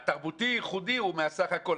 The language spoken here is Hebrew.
התרבותי-ייחודי הוא מהסך הכול.